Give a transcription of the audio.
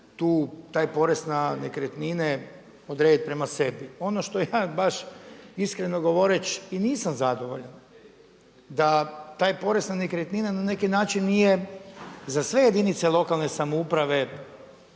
tu, taj porez na nekretnine odrediti prema sebi. Ono što ja baš iskreno govoreći i nisam zadovoljan da taj porez na nekretnine na neki način nije za sve jedinice lokalne samouprave